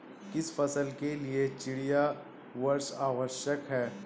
किस फसल के लिए चिड़िया वर्षा आवश्यक है?